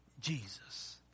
Jesus